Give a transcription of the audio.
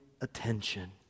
attention